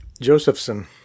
Josephson